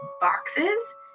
boxes